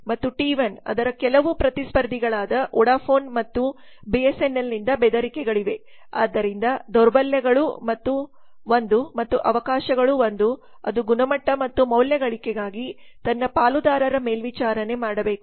ಮತ್ತು ಟಿ1 ಅದರ ಕೆಲವು ಪ್ರತಿಸ್ಪರ್ಧಿಗಳಾದ ವೊಡಾಫೋನ್ ಮತ್ತು ಬಿಎಸ್ಎನ್ಎಲ್ ನಿಂದ ಬೆದರಿಕೆಗಳಿವೆ ಆದ್ದರಿಂದ ದೌರ್ಬಲ್ಯಗಳು 1 ಮತ್ತು ಅವಕಾಶಗಳು 1 ಅದು ಗುಣಮಟ್ಟ ಮತ್ತು ಮೌಲ್ಯ ಗಳಿಕೆಗಾಗಿ ತನ್ನ ಪಾಲುದಾರರ ಮೇಲ್ವಿಚಾರಣೆ ಮಾಡಬೇಕು